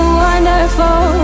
wonderful